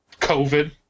COVID